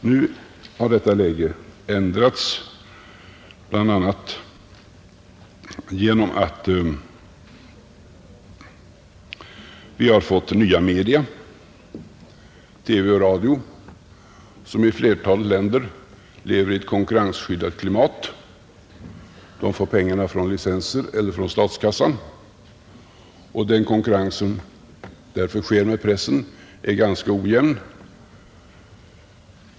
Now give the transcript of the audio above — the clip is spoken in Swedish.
Nu har detta läge ändrats, bl.a. genom att vi har fått nya media — TV och radio — som i flertalet länder lever i ett konkurrensskyddat klimat. De får pengarna från licenser eller från statskassan, och den konkurrens som sker med pressen är ganska ojämn.